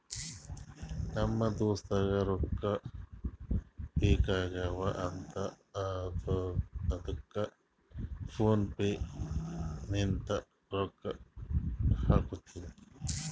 ನಮ್ ದೋಸ್ತುಗ್ ರೊಕ್ಕಾ ಬೇಕ್ ಆಗೀವ್ ಅಂತ್ ಅದ್ದುಕ್ ಫೋನ್ ಪೇ ಲಿಂತ್ ರೊಕ್ಕಾ ಹಾಕಿನಿ